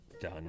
done